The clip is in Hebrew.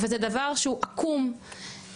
וזה דבר שהוא עקום מהיסוד.